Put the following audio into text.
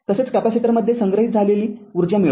तसेच कॅपेसिटरमध्ये संग्रहित झालेली ऊर्जा मिळवा